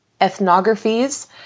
ethnographies